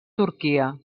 turquia